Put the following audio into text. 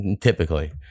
typically